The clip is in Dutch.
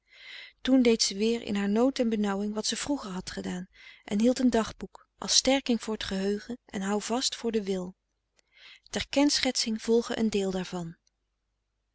toen deed ze weer in haar nood en benauwing wat ze vroeger had gedaan en hield een dagboek als sterking voor t geheugen en houvast voor den wil ter kenschetsing volge een deel daarvan